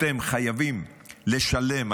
אתם חייבים לשלם,